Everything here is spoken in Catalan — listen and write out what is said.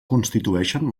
constitueixen